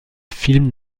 film